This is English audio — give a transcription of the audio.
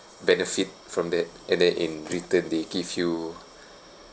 benefit from that and then in return they give you